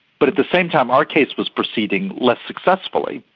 but at the same time our case was proceeding less successfully.